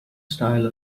style